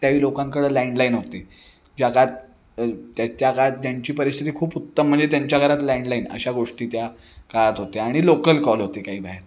काही लोकांकडं लँडलाईन होते ज्या काळात त्या काळात ज्यांची परिस्थिती खूप उत्तम म्हणजे त्यांच्या घरात लँडलाईन अशा गोष्टी त्या काळात होत्या आणि लोकल कॉल होते काही बाहेर